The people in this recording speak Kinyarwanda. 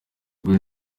green